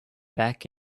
back